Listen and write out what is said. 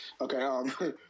Okay